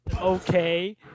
okay